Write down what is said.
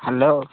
hello